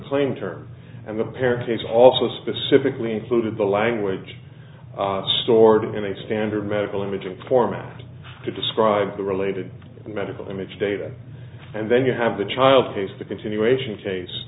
claim turn and the parents also specifically included the language stored in a standard medical imaging format to describe the related medical image data and then you have the child case the continuation case